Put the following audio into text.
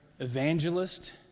evangelist